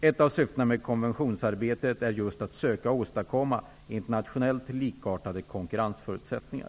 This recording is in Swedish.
Ett av syftena med konventionsarbetet är just att söka åstadkomma internationellt likartade konkurrensförutsättningar.